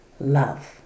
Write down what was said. love